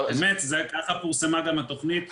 אמת, כך גם פורסמה התכנית.